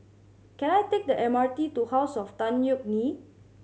can I take the M R T to House of Tan Yeok Nee